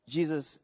Jesus